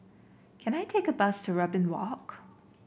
can I take a bus to Robin Walk